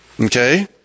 okay